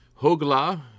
Hogla